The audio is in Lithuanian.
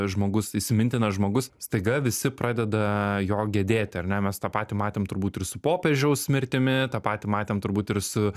žmogus įsimintinas žmogus staiga visi pradeda jo gedėti ar ne mes tą patį matėm turbūt ir su popiežiaus mirtimi tą patį matėm turbūt ir su